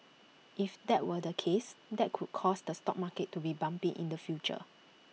if that were the case that could cause the stock market to be bumpy in the future